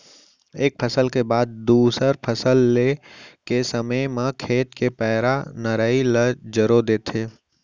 एक फसल के बाद दूसर फसल ले के समे म खेत के पैरा, नराई ल जरो देथे